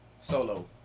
solo